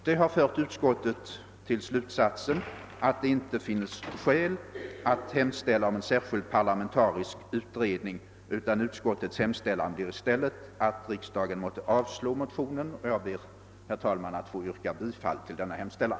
Detta har fört utskottet till slutsatsen att det inte finns skäl att hemställa om en särskild parlamentarisk utredning. Utskottets hemställan blir i stället att riksdagen måtte avslå motionen, och jag ber, herr talman, att få yrka bifall till denna hemställan.